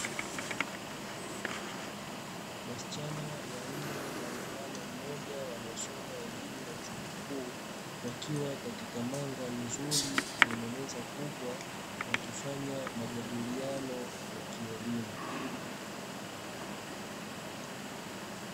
Wasichana wanne na mvulana mmoja wanaosoma elimu ya chuo kikuu, wakiwa katika mandhari nzuri yenye meza kubwa wakifanya majadiliano ya kielimu.